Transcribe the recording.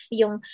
yung